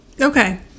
Okay